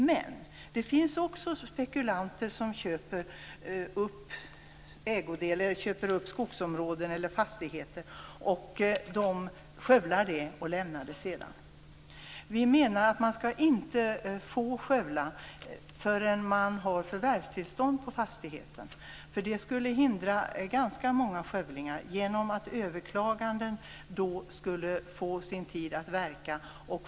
Men det finns också spekulanter som köper upp skogsområden eller fastigheter, skövlar dem och sedan lämnar dem. Vi menar att man inte skall få skövla förrän man har förvärvstillstånd på fastigheten. Det skulle hindra ganska många skövlingar genom att överklaganden då skulle få tid att verka.